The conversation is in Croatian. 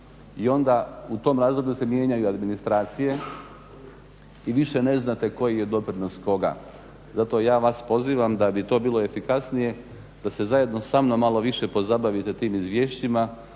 I onda u tom razdoblju se mijenjaju administracije i više ne znate koji je doprinos koga. Zato ja vas pozivam da bi to bilo efikasnije da se zajedno sa mnom malo više pozabavite tim izvješćima